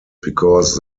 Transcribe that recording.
because